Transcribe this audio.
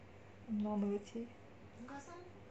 abnormality